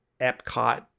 Epcot